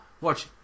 watch